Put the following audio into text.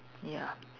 ya